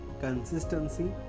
consistency